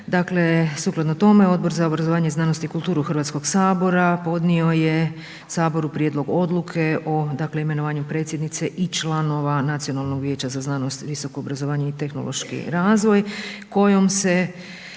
Dakle, sukladno tome, Odbor za obrazovanje, znanost i kulturu Hrvatskoga sabora podnio je Saboru prijedlog Odluke o dakle imenovanju predsjednice i članova Nacionalnog vijeća za znanost, visoko obrazovanje i tehnološki razvoj kojom se